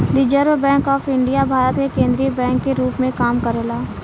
reserve bank of India Bharat के केंद्रीय bank के रूप में काम करेला